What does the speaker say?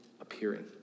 appearing